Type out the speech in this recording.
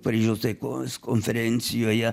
paryžiaus taikos konferencijoje